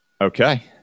Okay